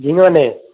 جھینگا نہیں